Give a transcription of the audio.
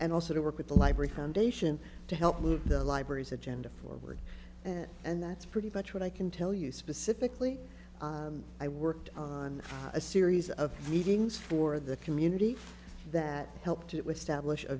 and also to work with the library foundation to help move the libraries agenda forward and that's pretty much what i can tell you specifically i worked on a series of meetings for the community that helped